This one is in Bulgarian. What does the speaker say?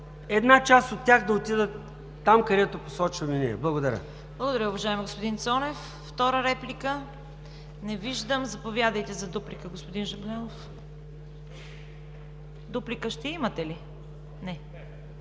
една част от тях да отидат там, където посочваме ние. Благодаря. ПРЕДСЕДАТЕЛ ЦВЕТА КАРАЯНЧЕВА: Благодаря, уважаеми господин Цонев. Втора реплика? Не виждам. Заповядайте за дуплика, господин Жаблянов. Дуплика ще имате ли? Не.